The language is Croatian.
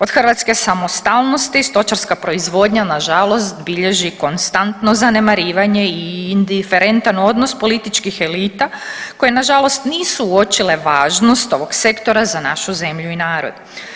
Od hrvatske samostalnosti stočarska proizvodnja nažalost bilježi konstantno zanemarivanje i indiferentan odnos političkih elita koje nažalost nisu uočile važnost ovog sektora za našu zemlju i narod.